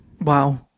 Wow